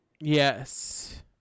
yes